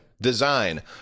design